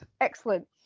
Excellent